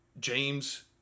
James